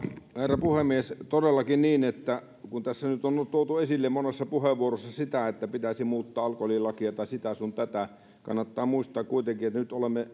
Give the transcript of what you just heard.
herra puhemies todellakin kun tässä nyt on tuotu esille monessa puheenvuorossa sitä että pitäisi muuttaa alkoholilakia tai sitä sun tätä kannattaa muistaa kuitenkin että nyt olemme